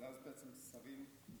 ואז אתה צריך שרים במשרדים?